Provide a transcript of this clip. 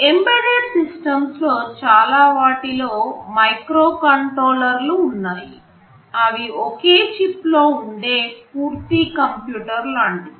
embedded సిస్టమ్స్లో చాలా వాటిలో మైక్రో కంట్రోలర్లు ఉన్నాయి అవి ఒకే చిప్లో ఉండే పూర్తి కంప్యూటర్ లాంటివి